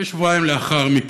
כשבועיים לאחר מכן.